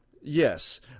Yes